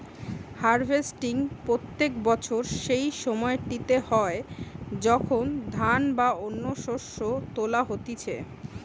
harvesting প্রত্যেক বছর সেই সময়টিতে হয় যখন ধান বা অন্য শস্য তোলা হতিছে